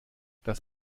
das